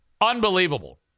unbelievable